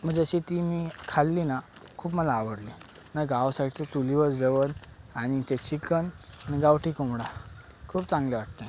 मग जशी ती मी खाल्ली ना खूप मला आवडली ना गावासारखी चुलीवर जेवण आणि ते चिकन आणि गावठी कोंबडा खूप चांगले वाटते